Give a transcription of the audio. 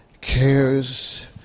cares